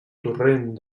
torrent